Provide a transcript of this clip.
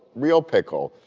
real pickle.